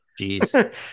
Jeez